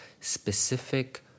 specific